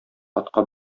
атка